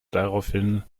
daraufhin